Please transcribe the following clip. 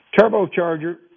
Turbocharger